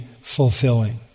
fulfilling